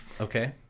okay